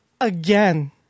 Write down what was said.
again